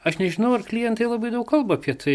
aš nežinau ar klientai labai daug kalba apie tai